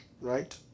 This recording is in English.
Right